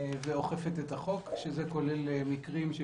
ואוכפת את החוק, שזה כולל מקרים חמורים.